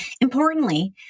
Importantly